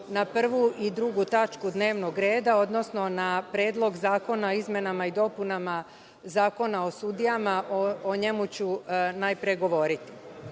na prvu i drugu tačku dnevnog reda, odnosno na Predlog zakona o izmenama i dopunama Zakona o sudijama i o njemu ću najpre govoriti. Ovde